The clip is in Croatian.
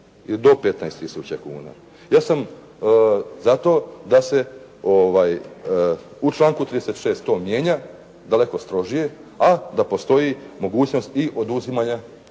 Do 15 tisuća kuna. Ja sam za to da se u članku 36. to mijenja. Daleko strožije. A da postoji mogućnost i oduzimanja,